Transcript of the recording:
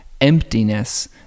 emptiness